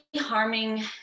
harming